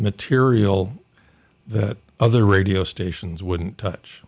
material that other radio stations wouldn't touch